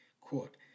quote